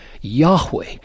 Yahweh